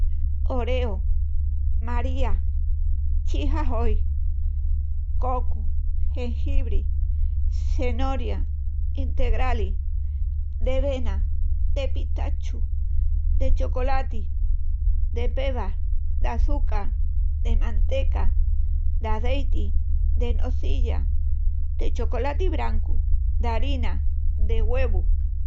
Oreo, maría, chip ahoy, cocu, gengibri, cenoria, integralis, de vena, de pitachus, de chocolati, de pebas, d'açuca, de manteca, d'azeiti, de nocilla, de chocolati brancu, de harina, de güevu.